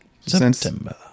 September